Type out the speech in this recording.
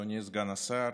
אדוני סגן השר,